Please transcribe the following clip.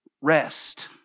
Rest